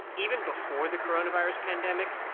even before the coronavirus pandemic,